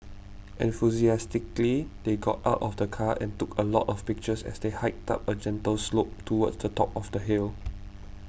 enthusiastically they got out of the car and took a lot of pictures as they hiked up a gentle slope towards the top of the hill